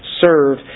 serve